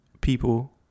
people